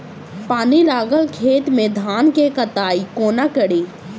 पानि लागल खेत मे धान केँ कटाई कोना कड़ी?